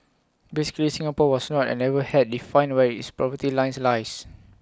basically Singapore was not and never had defined where its poverty lines lies